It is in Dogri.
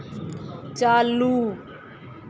चालू